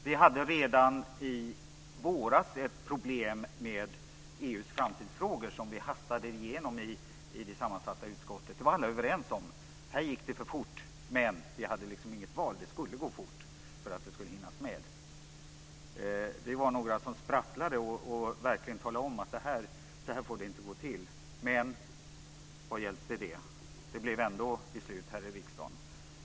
Vi hade redan i våras ett problem med EU:s framtidsfrågor, som vi hastade igenom i det sammansatta utskottet. Vi var alla överens om att det gick för fort, men vi hade liksom inget val. Det skulle gå fort för att det skulle hinnas med. Vi var några som sprattlade och talade om att det inte får gå till så här. Men vad hjälpte det. Det blev ändå beslut här i riksdagen.